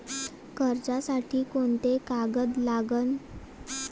कर्जसाठी कोंते कागद लागन?